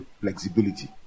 flexibility